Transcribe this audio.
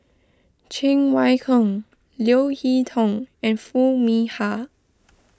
Cheng Wai Keung Leo Hee Tong and Foo Mee Har